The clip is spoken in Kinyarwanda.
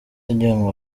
ajyanwa